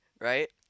right